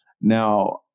now